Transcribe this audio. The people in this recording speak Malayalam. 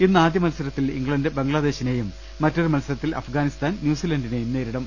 ഇന്ന് ആദ്യ മത്സരത്തിൽ ഇംഗ്ലണ്ട് ബംഗ്ലാദേശിനെയും മറ്റൊരു മത്സരത്തിൽ അഫ്ഗാനിസ്ഥാൻ ന്യൂസിലന്റിനെയും നേരിടും